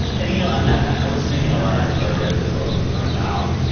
and, you know, i was thinking a lot after i read the book about,